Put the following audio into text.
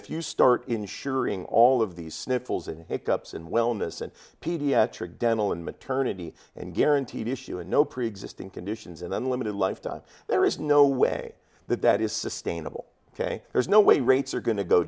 if you start insuring all of these sniffles and pick ups and wellness and pediatric dental and maternity and guaranteed issue and no preexisting conditions and then limited lifetime there is no way that that is sustainable ok there's no way rates are going to go